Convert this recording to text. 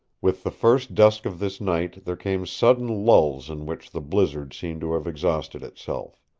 with the first dusk of this night there came sudden lulls in which the blizzard seemed to have exhausted itself.